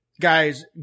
guys